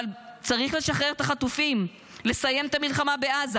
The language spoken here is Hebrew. אבל צריך לשחרר את החטופים, לסיים את המלחמה בעזה.